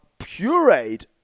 pureed